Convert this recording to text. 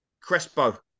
Crespo